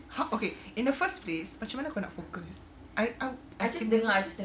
how okay in the first place macam mana kau nak focus I I'm I just